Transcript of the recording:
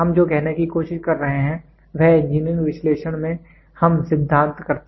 हम जो कहने की कोशिश कर रहे हैं वह इंजीनियरिंग विश्लेषण में हम सिद्धांत करते हैं